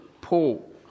Paul